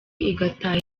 igataha